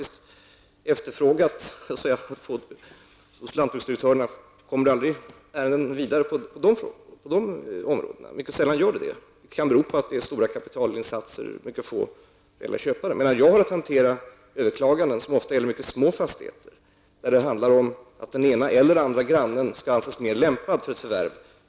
Jag har faktiskt frågat lantbruksdirektörerna om några ärenden går vidare på dessa områden, men det är mycket sällan fallet. Det kan bero på att det är fråga om mycket stora kapitalinsatser och att det finns mycket få köpare. Jag har att hantera överklaganden som ofta gäller mycket små fastigheter där det handlar om att den ena eller andra grannen skall anses mer lämpad för ett förvärv.